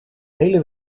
hele